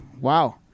wow